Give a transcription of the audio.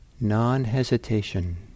non-hesitation